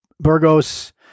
Burgos